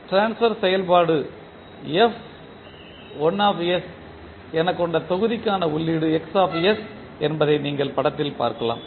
transfer செயல்பாடு எனக் கொண்ட தொகுதிக்கான உள்ளீடு என்பதை நீங்கள் படத்தில் காணலாம்